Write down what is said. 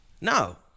No